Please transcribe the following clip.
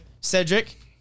Cedric